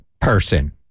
person